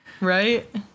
Right